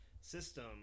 system